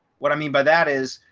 what i mean by that is,